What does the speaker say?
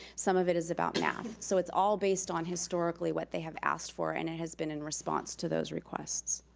some of it is about math. so it's all based on historically what they have asked for, and it has been in response to those requests.